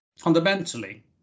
fundamentally